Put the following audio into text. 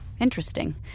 interesting